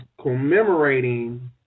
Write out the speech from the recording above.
commemorating